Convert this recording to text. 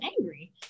angry